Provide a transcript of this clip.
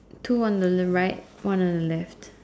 two on the Le right one on the left